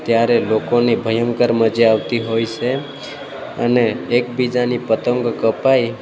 ત્યારે લોકોને ભયંકર મજા આવતી હોય છે અને એકબીજાની પતંગો કપાય